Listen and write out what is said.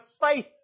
faith